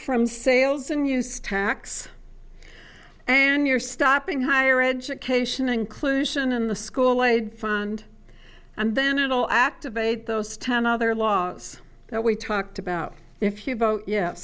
from sales and use tax and you're stopping higher education inclusion in the school laid fund and then it'll activate those ten other laws that we talked about if you vote ye